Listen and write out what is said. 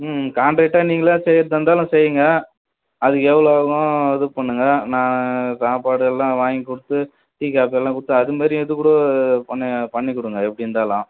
ம் காண்ட்ரேக்டாக நீங்களே செய்கிறதா இருந்தாலும் செய்யுங்க அதுக்கு எவ்வளோ ஆகும் இது பண்ணுங்கள் நான் சாப்பாடு எல்லாம் வாங்கி கொடுத்து டீ காபி எல்லாம் கொடுத்து அதுமாதிரி இது கூட பண்ணி பண்ணி கொடுங்க எப்படி இருந்தாலும்